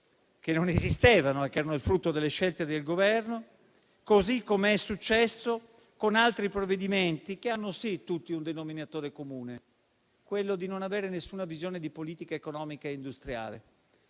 che non esistevano e che erano il frutto delle scelte del Governo, così come è successo con altri provvedimenti, che hanno tutti un denominatore comune, quello di non avere nessuna visione di politica economica e industriale